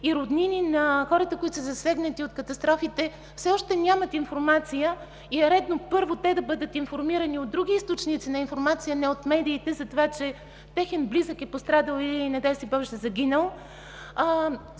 и роднини на хората, които са засегнати от катастрофите, все още нямат информация и е редно първо те да бъдат информирани от други източници на информация, а не от медиите за това, че техен близък е пострадал или, не дай си боже, е загинал.